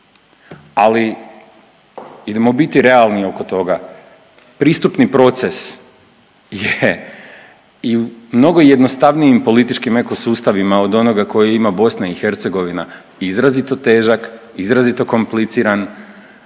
Ali idemo biti realni oko toga, pristupni proces je i u mnogo jednostavnijim političkim eko sustavima od onoga koji ima BiH izrazito težak, izrazito kompliciran